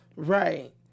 Right